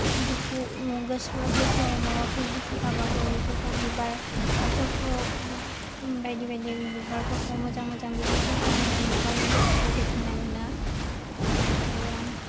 दुखु गासिबो गोसोआव माबाफोर दुखु थाबाबो बेफोरखौ बिबारफोरखौ बायदि बायदि बिबारफोरखौ मोजां मोजां बिबारफोरखौ नायनानैनो गावनि गोसोखौ गोजोन्नाय मोनो ओमफ्रायो